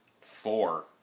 Four